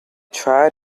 tried